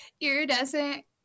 iridescent